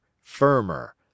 firmer